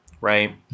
right